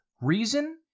reason